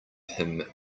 him